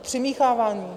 Přimíchávání?